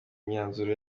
imyanzuro